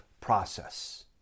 process